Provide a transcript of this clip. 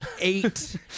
eight